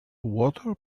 water